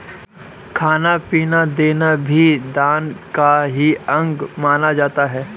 खाना पीना देना भी दान का ही अंग माना जाता है